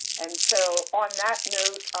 and so, on that note,